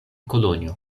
kolonjo